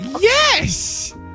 Yes